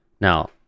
Now